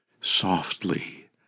softly